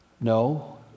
No